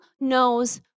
knows